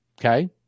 Okay